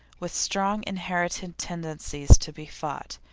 with strong inherited tendencies to be fought,